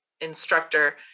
instructor